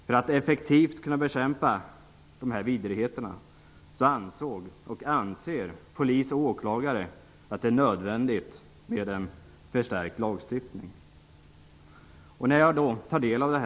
För att effektivt kunna bekämpa dessa vidrigheter ansåg, och anser, polis och åklagare att det är nödvändigt med en förstärkt lagstiftning. Är det inte min plikt att agera när jag har fått ta del av detta?